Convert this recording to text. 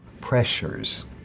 pressures